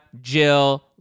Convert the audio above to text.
Jill